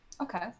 okay